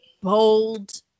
bold